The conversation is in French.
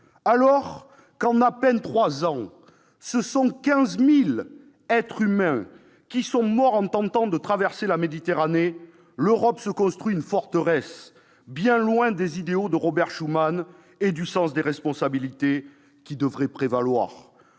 Alors que, en à peine trois ans, 15 000 êtres humains sont morts en tentant de traverser la Méditerranée, l'Europe se constitue en forteresse, à rebours des idéaux de Robert Schuman et du sens des responsabilités qui devrait prévaloir.